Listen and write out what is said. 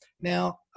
Now